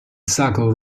sacro